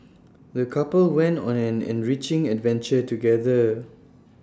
the couple went on an enriching adventure together